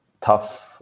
tough